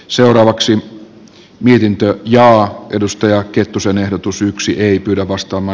seuraavaksi mietintöön ja edustaja kettusen ehdotus yksi ei pyydä ostama